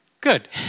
Good